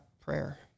prayer